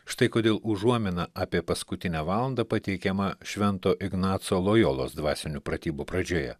štai kodėl užuomina apie paskutinę valandą pateikiama švento ignaco lojolos dvasinių pratybų pradžioje